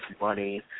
money